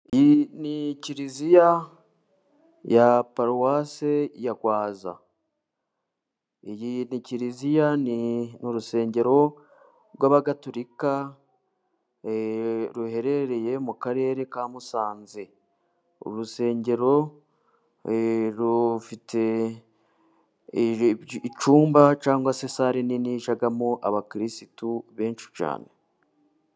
Iyi ni kiziya ya paruwase ya Rwaza, iyi ni kiliziya ni urusengero rw'abagatulika ruherereye mu Karere ka Musanze, uru urusengero rufite icyumba cyangwa se sare nini ijyamo abakirisitu benshi cyane.